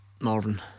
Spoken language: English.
Marvin